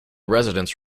residence